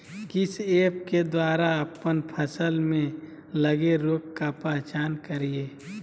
किस ऐप्स के द्वारा अप्पन फसल में लगे रोग का पहचान करिय?